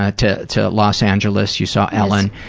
ah to to los angeles. you saw ellen.